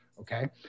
Okay